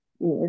yes